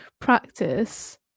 practice